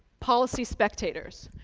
policy spectators,